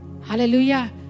Hallelujah